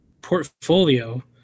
Portfolio